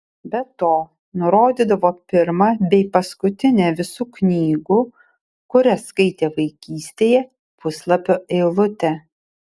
be to nurodydavo pirmą bei paskutinę visų knygų kurias skaitė vaikystėje puslapio eilutę